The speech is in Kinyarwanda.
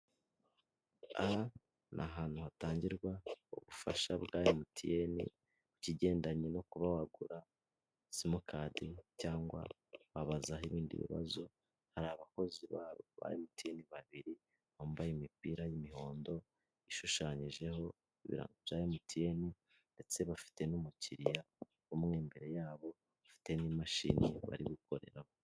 Aha ni ahantu hatangirwa ubufasha bwa MTN, ikigendanye no kuba wagura simukadi cyangwa wabaza n'ibindi bibazo, hari abakozi babo ba MTN babiri bambaye imipira y'umuhondo, ishushanyijeho ibirango bya MTN ndetse bafite n'umukiriya umwe imbere yabo, bafite n'imashini bari gukoreramo.